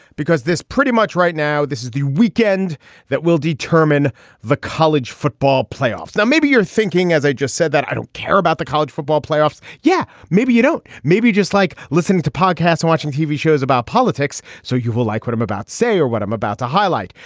because this pretty much right now. this is the weekend that will determine the college football playoffs. now, maybe you're thinking, as i just said, that i don't care about the college football playoffs. yeah. maybe you don't. maybe you just like listening to podcasts or watching tv shows about politics. so you feel like what i'm about, say, or what i'm about to highlight?